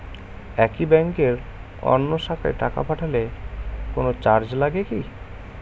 একই ব্যাংকের অন্য শাখায় টাকা পাঠালে কোন চার্জ লাগে কি?